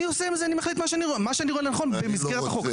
אני מחליט מה שנכון במסגרת החוק.